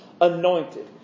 anointed